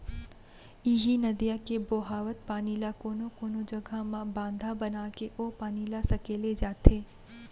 इहीं नदिया के बोहावत पानी ल कोनो कोनो जघा म बांधा बनाके ओ पानी ल सकेले जाथे